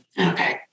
Okay